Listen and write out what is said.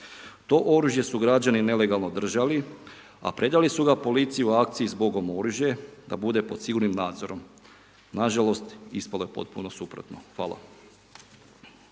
To oružje su građani nelegalno držali, a predali su ga policiji u akciji „Zbogom oružje“ da bude pod sigurnim nadzorom. Na žalost ispalo je potpuno suprotno. Hvala.